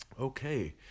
Okay